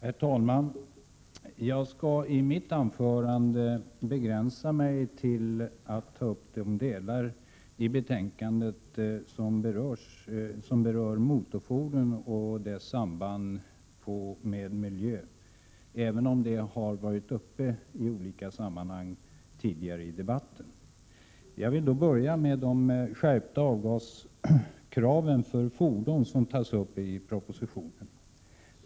Herr talman! Jag skall i mitt anförande begränsa mig till att ta upp de delar i betänkandet som berör motorfordonen och deras samband med miljön, även om de delarna har tagits upp i olika sammanhang tidigare i debatten. Jag vill börja med de skärpta avgasreningskrav för fordon som tas upp i propositionen.